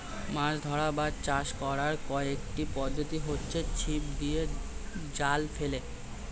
মাছ ধরা বা চাষ করার কয়েকটি পদ্ধতি হচ্ছে ছিপ দিয়ে, জাল ফেলে